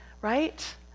right